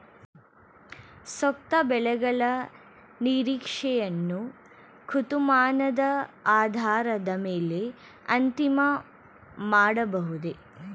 ಸೂಕ್ತ ಬೆಳೆಗಳ ನಿರೀಕ್ಷೆಯನ್ನು ಋತುಮಾನದ ಆಧಾರದ ಮೇಲೆ ಅಂತಿಮ ಮಾಡಬಹುದೇ?